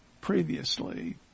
previously